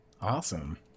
Awesome